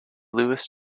lewis